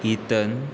इतन